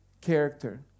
character